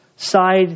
side